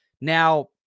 Now